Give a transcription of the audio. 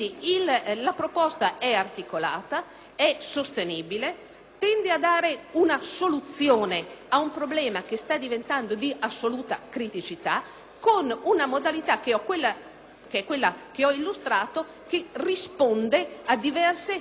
tende a dare una soluzione a un problema che sta diventando di assoluta criticità, attraverso la modalità che ho illustrato e che risponde a diverse tipologie di motivazione di tardato pagamento.